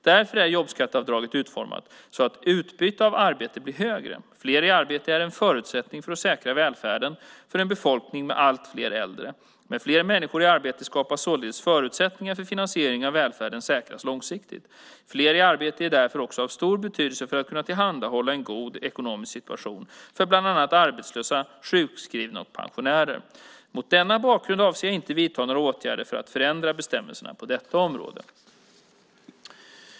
Därför är jobbskatteavdraget utformat så att utbytet av att arbeta blir högre. Fler i arbete är en förutsättning för att säkra välfärden för en befolkning med allt fler äldre. Med fler människor i arbete skapas således förutsättningar för att finansieringen av välfärden säkras långsiktigt. Fler i arbete är därför också av stor betydelse för att kunna tillhandahålla en god ekonomisk situation för bland annat arbetslösa, sjukskrivna och pensionärer. Mot denna bakgrund avser jag inte att vidta några åtgärder för att ändra bestämmelserna på detta område.